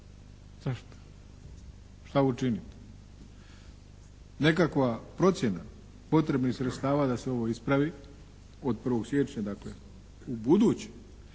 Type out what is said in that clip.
Zašto? Šta učiniti? Nekakva procjena potrebnih sredstava da se ovo ispravi od 1. siječnja dakle ubuduće